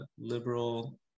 liberal